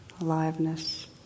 aliveness